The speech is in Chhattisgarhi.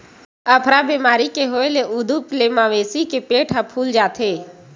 अफरा बेमारी के होए ले उदूप ले मवेशी के पेट ह फूल जाथे